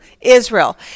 Israel